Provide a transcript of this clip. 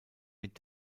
mit